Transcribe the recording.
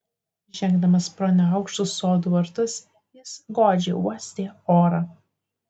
žengdamas pro neaukštus sodų vartus jis godžiai uostė orą